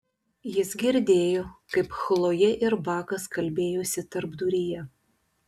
jis girdėjo kaip chlojė ir bakas kalbėjosi tarpduryje